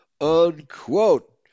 unquote